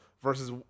versus